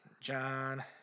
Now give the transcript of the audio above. John